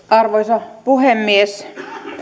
arvoisa puhemies